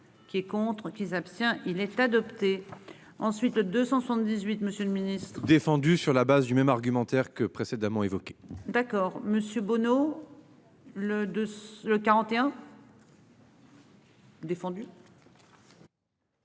Qui est contre qui s'abstient il est adopté. Ensuite le 278. Monsieur le Ministre. Défendu sur la base du même argumentaire que précédemment évoqués. D'accord monsieur Bono. Le deux